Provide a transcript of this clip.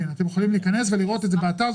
אתם יכולים להיכנס ולראות את זה באתר,